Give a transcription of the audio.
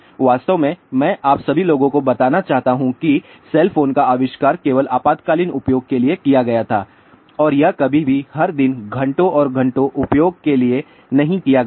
वास्तव में मैं आप सभी लोगों को बताना चाहता हूं कि सेलफोन का आविष्कार केवल आपातकालीन उपयोग के लिए किया गया था और यह कभी भी हर दिन घंटों और घंटों उपयोग के लिए नहीं किया गया था